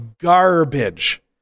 garbage